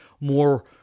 more